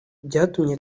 byatumye